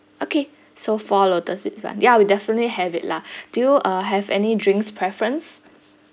okay so four lotus seed bun ya we definitely have it lah do you uh have any drinks preference